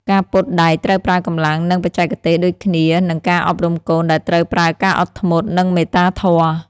ការពត់ដែកត្រូវប្រើកម្លាំង និងបច្ចេកទេស ដូចគ្នានឹងការអប់រំកូនដែលត្រូវប្រើការអត់ធ្មត់ និងមេត្តាធម៌។